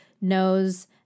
knows